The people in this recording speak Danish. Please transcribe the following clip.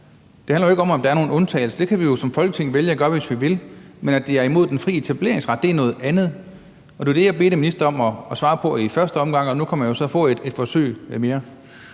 Det handler ikke om, om der er nogle undtagelser – det kan vi jo som Folketing vælge at gøre, hvis vi vil, men at det er imod den fri etableringsret, det er noget andet. Og det var det, jeg bad ministeren om at svare på i første omgang, og nu kan man jo så få et forsøg mere.